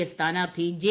A സ്ഥാനാർത്ഥി J